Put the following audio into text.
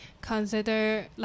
consider